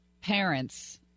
parents